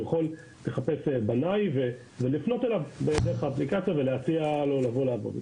הוא יכול לחפש ולפנות אליו דרך האפליקציה ולהציע לו לבוא לעבוד.